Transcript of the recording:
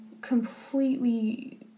completely